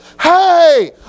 hey